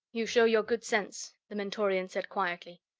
you show your good sense, the mentorian said quietly.